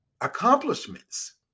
accomplishments